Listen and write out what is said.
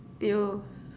you